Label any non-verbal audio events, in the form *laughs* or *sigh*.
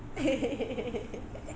*laughs*